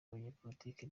abanyapolitiki